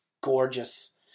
gorgeous